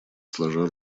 сложа